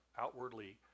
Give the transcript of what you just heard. outwardly